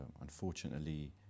Unfortunately